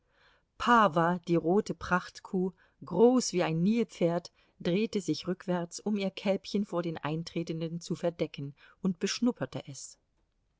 pawa die rote prachtkuh groß wie ein nilpferd drehte sich rückwärts um ihr kälbchen vor den eintretenden zu verdecken und beschnupperte es